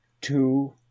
two